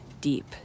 deep